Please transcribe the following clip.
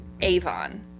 Avon